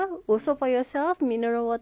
okay settled mineral water